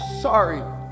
sorry